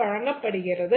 வழங்கப்படுகிறது